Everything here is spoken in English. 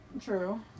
True